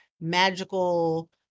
magical